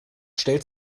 stellt